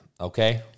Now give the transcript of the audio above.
okay